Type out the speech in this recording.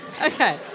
Okay